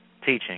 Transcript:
teaching